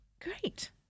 Great